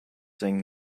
sing